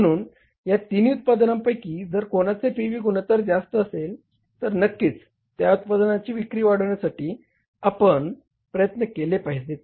म्हणूनच या तिन्ही उत्पादनांपैकी जर कोणाचे पी व्ही गुणोत्तर जास्त आले तर नक्कीच त्या उत्पादनाची विक्री वाढवण्यासाठी आपण प्रयत्न केले पाहिजेत